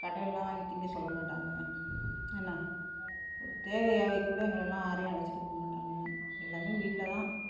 கடைலலாம் வாங்கி திங்க சொல்ல மாட்டாங்க என்ன ஒரு தேவை யாவைக் கூட எங்களைல்லாம் யாரையும் அழைச்சிட்டு போகமாட்டாங்க எல்லாமே வீட்டில் தான்